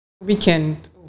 Weekend